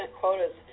quotas